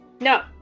No